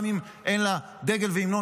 גם אם אין לה דגל והמנון.